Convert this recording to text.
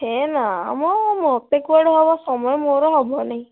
ହେ ନା ମ ମୋତେ କୁଆଡ଼େ ହେବ ସମୟ ମୋର ହେବନି